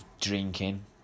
drinking